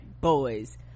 boys